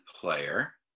player